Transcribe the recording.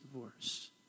divorce